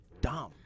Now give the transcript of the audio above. dumb